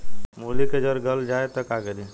मूली के जर गल जाए त का करी?